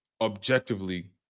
objectively